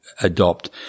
adopt